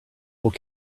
will